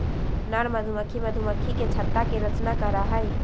नर मधुमक्खी मधुमक्खी के छत्ता के रचना करा हई